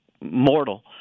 mortal